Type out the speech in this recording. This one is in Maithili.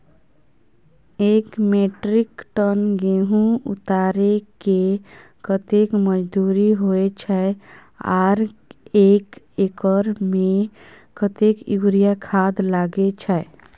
एक मेट्रिक टन गेहूं उतारेके कतेक मजदूरी होय छै आर एक एकर में कतेक यूरिया खाद लागे छै?